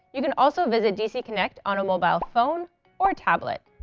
you can also visit dc connect on a mobile phone or tablet.